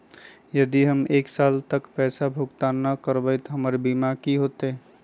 यदि हम एक साल तक पैसा भुगतान न कवै त हमर बीमा के की होतै?